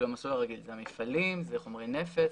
חומרי נפץ,